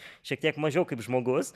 šiek tiek mažiau kaip žmogus